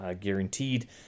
guaranteed